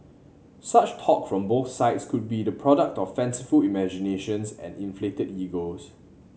such talk from both sides could be the product of fanciful imaginations and inflated egos